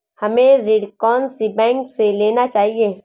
हमें ऋण कौन सी बैंक से लेना चाहिए?